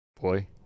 Boy